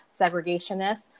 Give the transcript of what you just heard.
segregationists